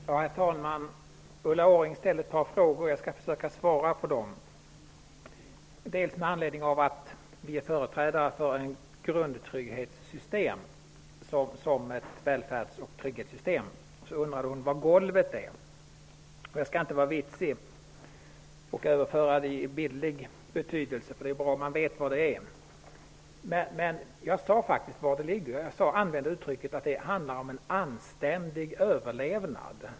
Herr talman! Ulla Orring ställde ett par frågor. Jag skall försöka att svara på dem. Eftersom vi är företrädare för ett grundtrygghetssystem när det gäller välfärd och trygghet, undrade Ulla Orring var golvet låg. Jag skall inte vara vitsig och överföra det i bildlig betydelse. Jag sade faktiskt var golvet ligger. Det handlar om en anständig överlevnad.